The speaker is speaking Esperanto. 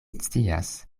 scias